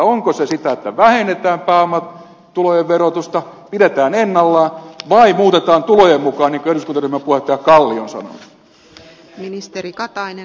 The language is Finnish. onko se sitä että vähennetään pääomatulojen verotusta sitä että pidetään ennallaan vai sitä että muutetaan tulojen mukaan lisääntyväksi niin kuin eduskuntaryhmän puheenjohtaja kalli on sanonut